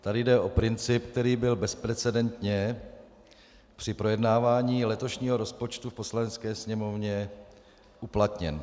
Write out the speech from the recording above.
Tady jde o princip, který byl bezprecedentně při projednávání letošního rozpočtu v Poslanecké sněmovně uplatněn.